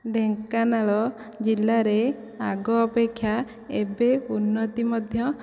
ଢେଙ୍କାନାଳ ଜିଲ୍ଲାରେ ଆଗ ଅପେକ୍ଷା ଏବେ ଉନ୍ନତି ମଧ୍ୟ